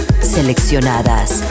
Seleccionadas